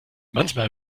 manchmal